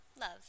Love